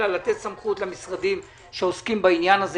אלא לתת סמכות למשרדים שעוסקים בעניין הזה,